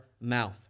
mouth